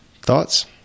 Thoughts